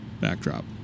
backdrop